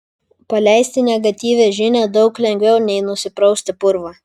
paleisti negatyvią žinią daug lengviau nei nusiprausti purvą